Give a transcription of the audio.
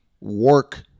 work